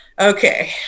okay